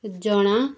ଜଣା